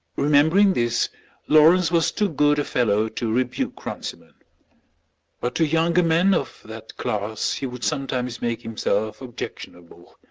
remembering this lawrence was too good a fellow to rebuke runciman but to younger men of that class he would sometimes make himself objectionable.